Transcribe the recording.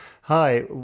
Hi